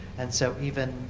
and so even